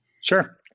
Sure